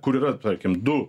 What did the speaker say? kur yra tarkim du